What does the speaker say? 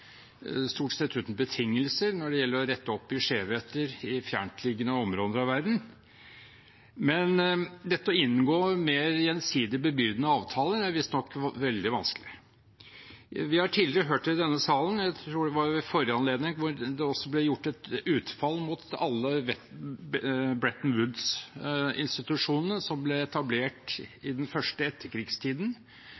stort sett uten betingelser, når det gjelder å rette opp i skjevheter i fjerntliggende områder av verden. Men å inngå mer gjensidig bebyrdende avtaler er visstnok veldig vanskelig. Vi har tidligere også hørt det i denne salen – jeg tror det var ved forrige anledning, hvor det ble gjort et utfall mot alle Bretton Woods-institusjonene som ble etablert